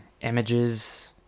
images